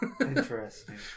Interesting